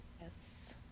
Yes